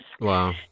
Wow